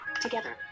Together